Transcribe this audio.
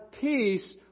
peace